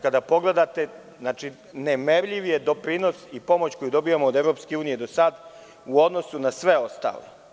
Kada pogledate, nemerljiv je doprinos i pomoć koju dobijamo od EU do sada u odnosu na sve ostalo.